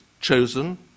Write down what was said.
chosen